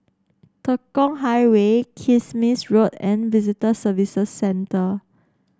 Tekong Highway Kismis Road and Visitor Services Centre